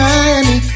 Miami